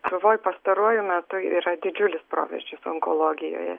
tuvoj pastaruoju metu yra didžiulis proveržis onkologijoje